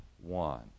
one